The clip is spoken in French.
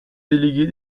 délégués